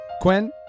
Quinn